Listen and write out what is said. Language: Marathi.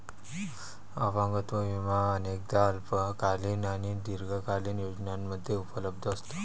अपंगत्व विमा अनेकदा अल्पकालीन आणि दीर्घकालीन योजनांमध्ये उपलब्ध असतो